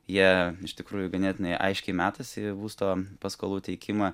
jie iš tikrųjų ganėtinai aiškiai metasi į būsto paskolų teikimą